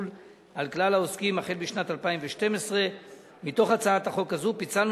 על כלל העוסקים משנת 2012. מתוך הצעת החוק הזאת פיצלנו